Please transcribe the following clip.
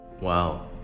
wow